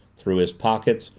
through his pockets,